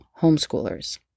homeschoolers